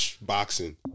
boxing